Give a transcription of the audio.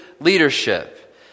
leadership